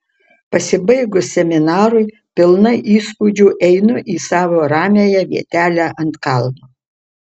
pasibaigus seminarui pilna įspūdžių einu į savo ramiąją vietelę ant kalno